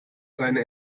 seine